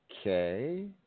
Okay